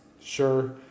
sure